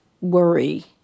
worry